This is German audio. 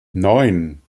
neun